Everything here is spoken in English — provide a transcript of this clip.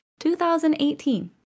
2018